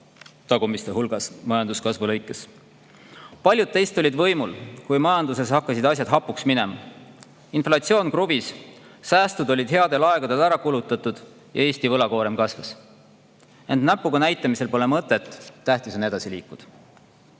tagumiste hulgas. Paljud teist olid võimul, kui majanduses hakkasid asjad hapuks minema. Inflatsioon kruvis, säästud olid headel aegadel ära kulutatud ja Eesti võlakoorem kasvas. Ent näpuga näitamisel pole mõtet, tähtis on edasi liikuda.